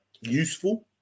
useful